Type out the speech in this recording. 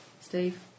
Steve